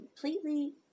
completely